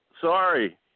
Sorry